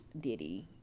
Diddy